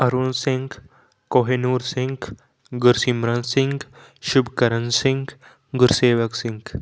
Arun Singh Kohinoor Singh Gursimran Singh Shubhkaran Singh Gursewak Singh